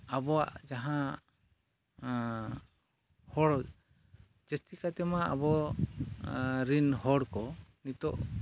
ᱟᱵᱚᱣᱟᱜ ᱡᱟᱦᱟᱸ ᱦᱚᱲ ᱪᱟᱹᱠᱨᱤ ᱠᱟᱛᱮᱢᱟ ᱟᱵᱚ ᱨᱮᱱ ᱦᱚᱲ ᱠᱚ ᱱᱤᱛᱳᱜ